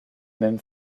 même